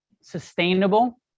sustainable